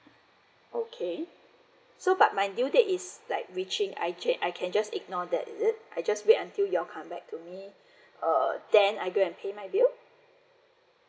okay so but my due date is like reaching I jan~ I can just ignore that is it I just wait until you all come back to me uh then I go and pay my bill